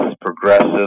progressive